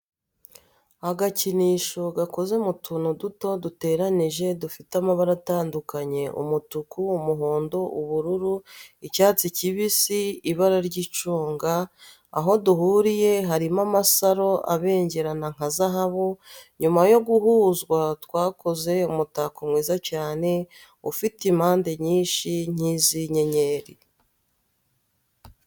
Agakinisho gakoze mu tuntu duto duteranyije dufite amabara atandukanye umutuku, umuhondo, ubururu, icyatsi kibisi, ibarara ry'icunga. aho duhuriye harimo amasaro abengerana nka zahabu, nyuma yo guhuzwa twakoze umutako mwiza cyane ufite impande nyinshi nk'izi' inyenyeri.